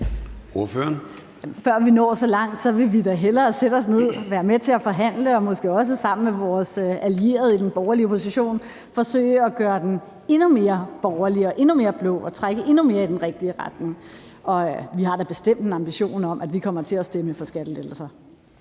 Før vi når så langt, vil vi da hellere sætte os ned, være med til at forhandle og måske også sammen med vores allierede i den borgerlige opposition forsøge at gøre den endnu mere borgerlig, endnu mere blå og trække endnu mere i den rigtige retning. Vi har da bestemt en ambition om, at vi kommer til at stemme for skattelettelser.